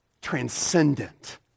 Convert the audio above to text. transcendent